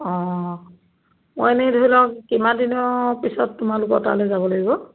অঁ মই এনেই ধৰি লওক কিমান দিনৰ পিছত তোমালোকৰ তালৈ যাব লাগিব